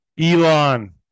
Elon